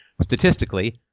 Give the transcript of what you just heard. statistically